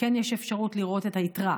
אפשרות לראות את היתרה,